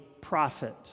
prophet